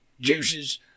juices